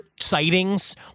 sightings